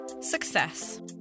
Success